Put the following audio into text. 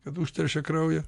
kad užteršia kraują